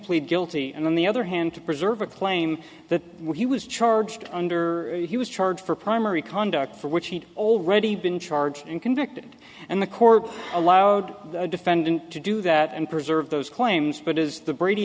plead guilty and on the other hand to preserve a claim that what he was charged under he was charged for primary conduct for which he'd already been charged and convicted and the court allowed the defendant to do that and preserve those claims but is the brady